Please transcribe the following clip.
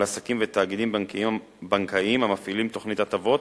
על עסקים ותאגידים בנקאיים המפעילים תוכנית הטבות,